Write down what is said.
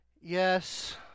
Yes